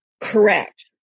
Correct